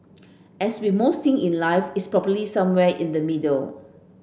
as with most things in life it's probably somewhere in the middle